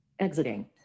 Exiting